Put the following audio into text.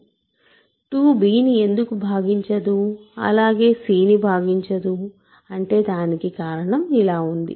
2 b ని ఎందుకు భాగించదు అలాగే c ని భాగించదు అంటే దానికి కారణం ఇలా ఉంది